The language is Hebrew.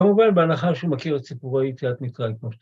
כמובן בהנחה שהוא מכיר את סיפורי יציאת מצרים כמו ש..